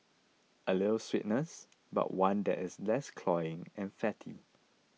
a little sweetness but one that is less cloying and fatty